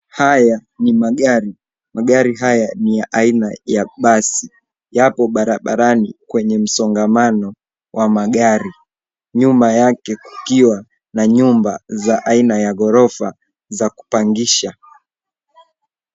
Haya ni magari, magari haya ni ya aina ya basi, yapo barabarani kwenye msongamano wa magari nyuma yake kukiwa na nyumba za aina ya ghorofa za kupangisha.